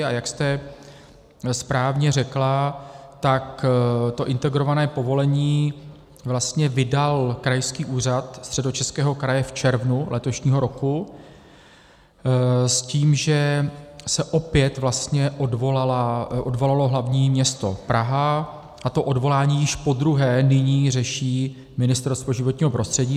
A jak jste správně řekla, tak to integrované povolení vlastně vydal Krajský úřad Středočeského kraje v červnu letošního roku s tím, že se opět vlastně odvolalo hlavní město Praha, a to odvolání již podruhé nyní řeší Ministerstvo životního prostředí.